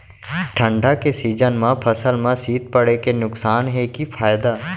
ठंडा के सीजन मा फसल मा शीत पड़े के नुकसान हे कि फायदा?